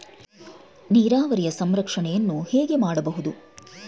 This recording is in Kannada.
ನೀರಾವರಿಯ ಸಂರಕ್ಷಣೆಯನ್ನು ಹೇಗೆ ಮಾಡಬಹುದು?